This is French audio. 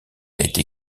été